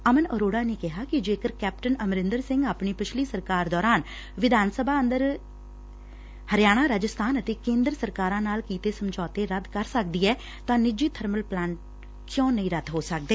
ਅਮਨ ਅਰੋੜਾ ਨੇ ਕਿਹਾ ਕਿ ਜੇਕਰ ਕੈਪਟਨ ਅਮਰਿੰਦਰ ਸਿੰਘ ਆਪਣੀ ਪਿਛਲੀ ਸਰਕਾਰ ਦੌਰਾਨ ਵਿਧਾਨ ਸਭਾ ਅੰਦਰ ਹਰਿਆਣਾ ਰਾਜਸਬਾਨ ਅਤੇ ਕੇਂਦਰ ਸਰਕਾਰਾਂ ਨਾਲ ਕੀਤੇ ਸਮਝੌਤੇ ਰੱਦ ਕਰ ਸਕਦੀ ਐ ਤਾਂ ਨਿੱਜੀ ਬਰਮਲ ਪਲਾਂਟ ਕਿਉਂ ਨਹੀਂ ਰੱਦ ਹੋ ਸਕਦੇ